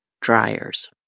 dryers